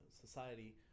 society